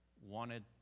wanted